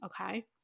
okay